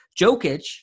Jokic